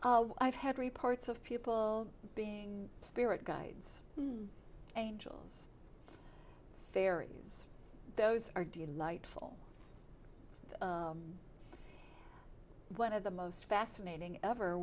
i've had reports of people being spirit guides angels fairies those are deal light full one of the most fascinating ever